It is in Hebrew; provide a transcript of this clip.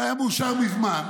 זה היה מאושר מזמן,